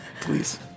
please